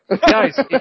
guys